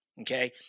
okay